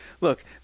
Look